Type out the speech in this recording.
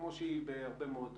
כמו שהיא בהרבה מאוד מוסדות,